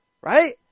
Right